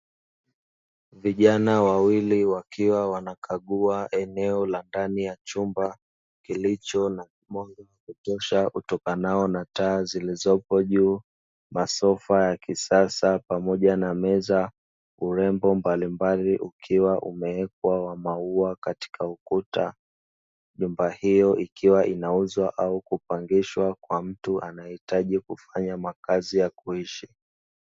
Vijana wawili wakiwa wanakagua eneo la ndani ya chumba, kilicho na mwanga wakutoshak utokanao na taa zilizopo juu masofa ya kisasa, Pamoja na meza urembo mbalimbali ukiwa umewekwa wa maua Katika ukuta. Nyumba hiyo ikiwa inauzwa au kupangishwa kwa mtu anayehitaji kufanya makazi ya kuishi.